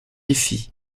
ici